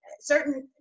certain